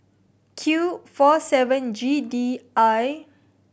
Q four seven G D I